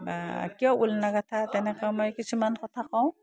বা কিয় ঊল নাগাঠা তেনেকৈও মই কিছুমান কথা কওঁ